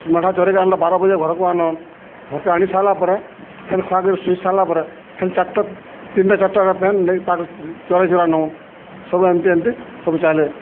ମେଢା ଚରେଇକି ଆଣିଲା ବାରବଜେ ଘରକୁ ଆନୁ ଘର୍କେ ଆଣି ସାର୍ଲା ପରେ ଫେନ୍ ଖୁଆଇକିରି ସୁଇ ସାର୍ଲା ପରେ ଫେନ୍ ଚାର୍ଟା ତିନ୍ଟା ଚାର୍ଟା ଫେନ୍ ନେଇ ତାକେ ଚରେଇ ଚୁରା ନଉନ୍ ସବୁ ଏମିତି ଏମିତି ସବୁ ଚାଲେ